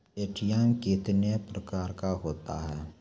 ATM कितने प्रकार का होता हैं?